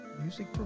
Music